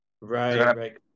right